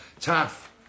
Taff